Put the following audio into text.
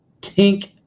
Tink